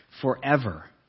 forever